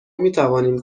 میتوانیم